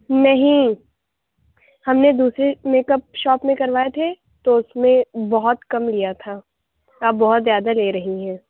نہیں ہم نے دوسرے میک اپ شاپ میں کروائے تھے تو اُس نے بہت کم لیا تھا آپ بہت زیادہ لے رہی ہیں